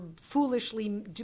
foolishly